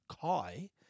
Kai